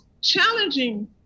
Challenging